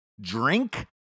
drink